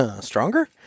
stronger